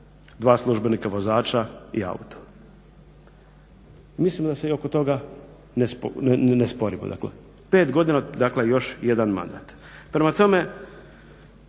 2 službenika vozača i auto. Mislim da se i oko toga ni ne sporimo, dakle. 5 godina dakle i još jedan mandat. Prema tome,